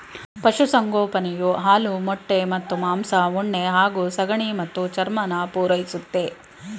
ಪಶುಸಂಗೋಪನೆಯು ಹಾಲು ಮೊಟ್ಟೆ ಮತ್ತು ಮಾಂಸ ಉಣ್ಣೆ ಹಾಗೂ ಸಗಣಿ ಮತ್ತು ಚರ್ಮನ ಪೂರೈಸುತ್ತೆ